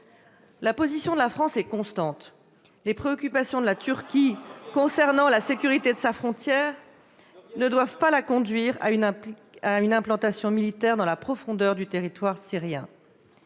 La position de la France est constante. Les préoccupations de la Turquie concernant la sécurité de sa frontière ne doivent pas la conduire à une implantation militaire dans la profondeur du territoire syrien.